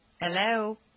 Hello